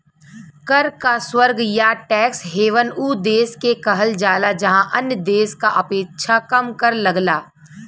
कर क स्वर्ग या टैक्स हेवन उ देश के कहल जाला जहाँ अन्य देश क अपेक्षा कम कर लगला